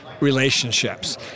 relationships